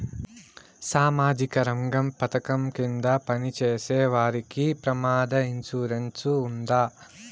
సామాజిక రంగ పథకం కింద పని చేసేవారికి ప్రమాద ఇన్సూరెన్సు ఉందా?